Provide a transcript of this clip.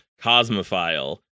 Cosmophile